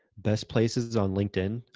best place is is on linkedin.